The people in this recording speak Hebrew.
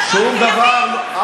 שום דבר,